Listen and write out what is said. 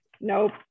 nope